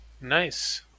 Nice